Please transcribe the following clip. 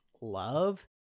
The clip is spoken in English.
love